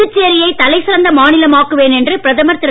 புதுச்சேரியை தலைசிறந்த மாநிலமாக்குவேன் என்று பிரதமர் திரு